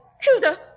Hilda